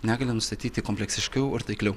negalią nustatyti kompleksiškiau ir taikliau